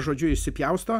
žodžiu jis jį pjausto